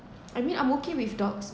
I mean I'm okay with dogs